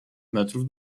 metrów